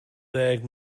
ddeg